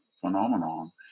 phenomenon